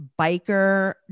biker